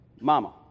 mama